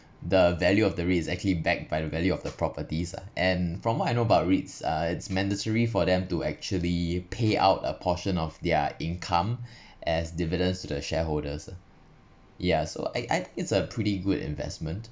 the value of the REITs is actually backed by the value of the properties ah and from what I know about REITs uh it's mandatory for them to actually pay out a portion of their income as dividends to the shareholders ya so I I it's a pretty good investment